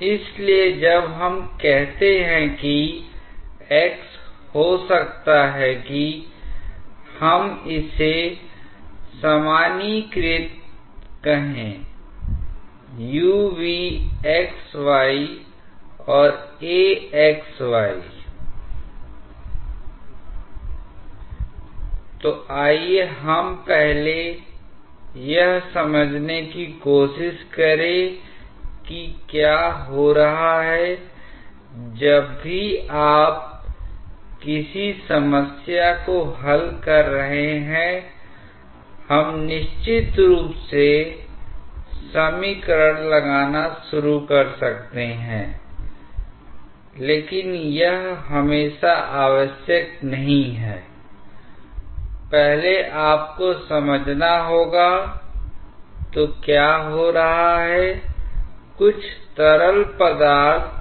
प्रवाह दर को मापे गए Δh में व्यक्त कर सकते हैं I तो यहां पर आप Q आदर्श प्राप्त कर सकते हैं लेकिन इसके लिए यह बेहतर होगा कि आप आदर्श स्थिति में जो Δh प्राप्त हुआ है उसे रखेंI लेकिन आप ऐसा नहीं कर सकते क्योंकि Δh आपने प्रयोगात्मक रूप से प्राप्त किया हैI तो यहां पर जो